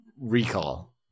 recall